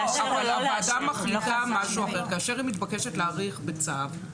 הוועדה, כאשר היא מתבקשת להאריך בצו,